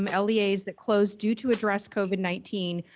um leas that closed due to address covid nineteen,